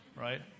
right